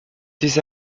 des